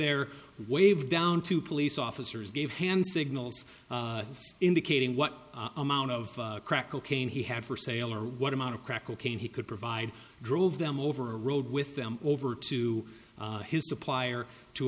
there waved down two police officers gave hand signals indicating what amount of crack cocaine he had for sale or what amount of crack cocaine he could provide drove them over a road with them over to his supplier to